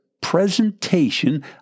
presentation